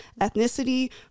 ethnicity